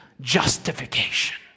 justification